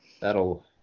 That'll –